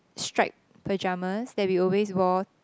striped pajamas that we always wore